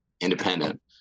independent